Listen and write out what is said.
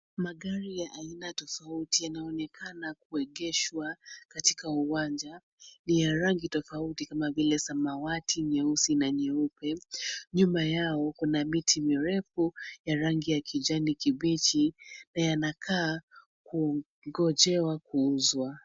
Magari ya aina tofauti yanaonekana kuegeshwa katika uwanja. Ni ya rangi tofauti kama vile samawati, nyeusi, na nyeupe. Nyuma yao kuna miti mirefu ya rangi ya kijani kibichi, na yanakaa kungojewa kuuzwa.